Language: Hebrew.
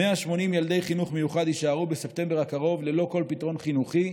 180 ילדי חינוך מיוחד יישארו בספטמבר הקרוב ללא כל פתרון חינוכי,